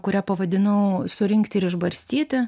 kurią pavadinau surinkti ir išbarstyti